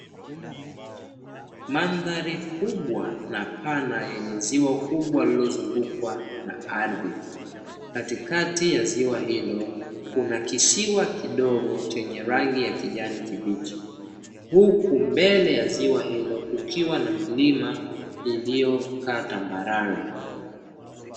Mandhari kubwa na pana yenye ziwa kubwa lililozungukwa na aridhi, katikakati ya ziwa hilo kuna kisiwa kidogo kilichozungukwa na kijani kibichi. huku mbele ya ziwa hilo kukiwa na milima iliyokaa tambalale.